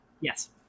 Yes